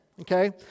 okay